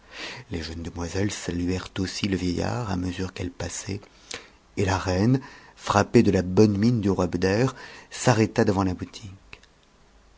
les jeunes demoiselles saluèrent aussi le vieillard à mesure qu'eues passaient et la reine frappée de la bonne mine du roi beder i